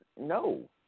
No